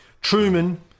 Truman